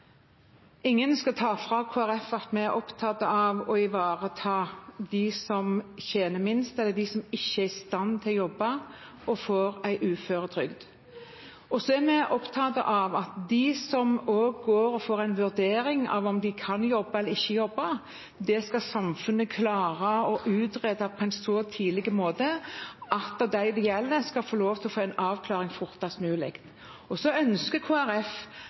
Ingen skal ta fra Kristelig Folkeparti at vi er opptatt av å ivareta dem som tjener minst, eller dem som ikke er i stand til å jobbe og får uføretrygd. Vi er opptatt av at når det gjelder de som går og får en vurdering av om de kan jobbe eller ikke jobbe, skal samfunnet klare å utrede det så tidlig at de det gjelder, skal få en avklaring fortest mulig. Så ønsker